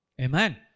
Amen